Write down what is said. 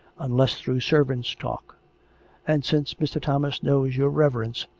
unless through servants' talk and since mr. thomas knows your reverence,